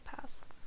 pass